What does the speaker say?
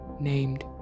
named